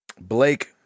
Blake